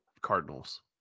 Cardinals